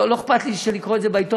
לא אכפת לי לקרוא את זה בעיתון,